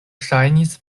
ŝajnis